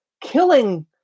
killing